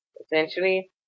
Essentially